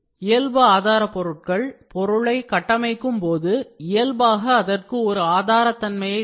இயல்புஆதாரபொருட்கள் பொருளை கட்டமைக்கும் போது இயல்பாக அதற்கு ஒரு ஆதாரத்தன்மையை தரும்